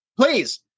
Please